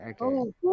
Okay